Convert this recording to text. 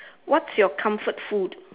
what's your comfort food